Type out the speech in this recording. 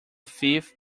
thief